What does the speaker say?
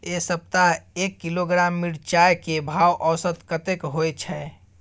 ऐ सप्ताह एक किलोग्राम मिर्चाय के भाव औसत कतेक होय छै?